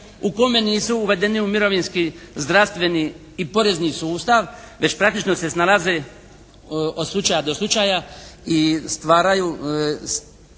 u kome nisu uvedeni u mirovinski, zdravstveni i porezni sustav već praktično se snalaze od slučaja do slučaja i stvaraju